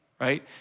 right